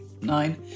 nine